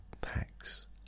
packs